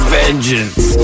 vengeance